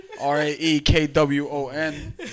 R-A-E-K-W-O-N